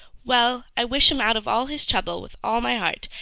well, i wish him out of all his trouble with all my heart,